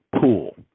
pool